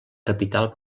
capital